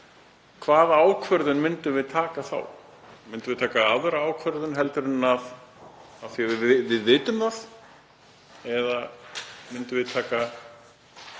hvaða ákvörðun myndum við taka þá? Myndum við taka aðra ákvörðun en þegar við vitum það